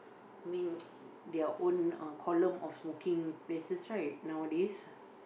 I mean their own uh column of smoking places right nowadays